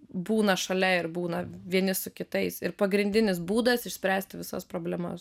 būna šalia ir būna vieni su kitais ir pagrindinis būdas išspręsti visas problemas